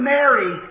Mary